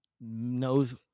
knows